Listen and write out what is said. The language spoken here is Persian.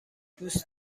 دوست